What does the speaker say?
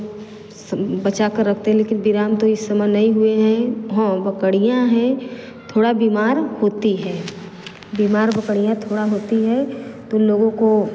बचा कर रखते लेकिन बिराम तो इस समय नहीं हुए हैं हाँ बकरियाँ है थोड़ा बीमार होती है बीमार बकरियाँ थोड़ा होती है तो लोगों को